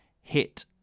hit